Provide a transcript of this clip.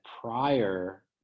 prior